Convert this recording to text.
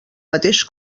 mateix